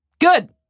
Good